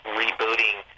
rebooting